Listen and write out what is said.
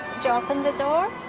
so open the door?